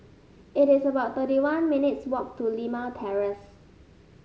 it is about thirty one minutes' walk to Limau Terrace